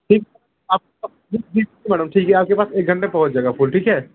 ठीक आप मैडम ठीक है आपके पास एक घंटे में पहुँच जाएगा फूल ठीक है